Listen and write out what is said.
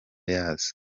yazo